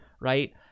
right